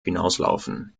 hinauslaufen